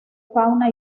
fauna